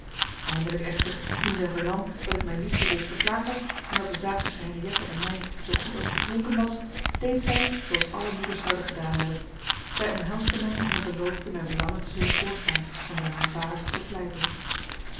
eindelijk echter toen zij vernam dat ik mijn liefde reeds verklaard had en dat de zaak tusschen henriëtte en mij zoo goed als beklonken was deed zij zooals alle moeders zouden gedaan hebben zij omhelsde mij en beloofde mijn belangen te zullen voorstaan en bij mijn vader bepleiten